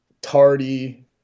tardy